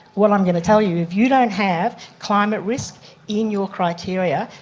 what i'm going to tell you, if you don't have climate risk in your criteria,